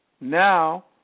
now